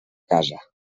casa